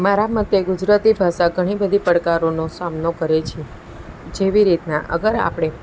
મારા મતે ગુજરાતી ભાષા ઘણી બધી પડકારોનો સામનો કરે છે જેવી રીતના અગર આપણે